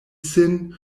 sin